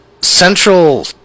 Central